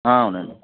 అవునండి